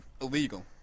Illegal